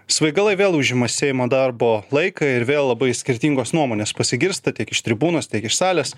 svaigalai vėl užima seimo darbo laiką ir vėl labai skirtingos nuomonės pasigirsta tiek iš tribūnos tiek iš salės